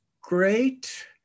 great